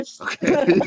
Okay